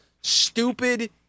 stupid